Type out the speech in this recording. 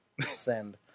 Send